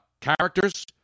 characters